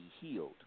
healed